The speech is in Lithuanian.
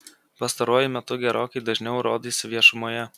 pastaruoju metu gerokai dažniau rodaisi viešumoje